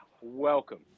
welcome